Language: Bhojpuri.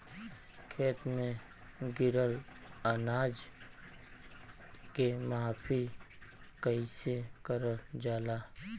खेत में गिरल अनाज के माफ़ी कईसे करल जाला?